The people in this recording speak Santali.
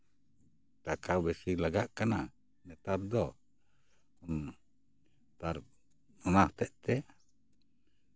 ᱴᱟᱠᱟ ᱵᱮᱥᱤ ᱞᱟᱜᱟᱜ ᱠᱟᱱᱟ ᱱᱮᱛᱟᱨ ᱫᱚ ᱦᱮᱸ ᱛᱟᱨ ᱚᱱᱟ ᱦᱚᱛᱮᱜ ᱛᱮ